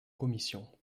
commission